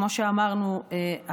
וכמו שאמרנו,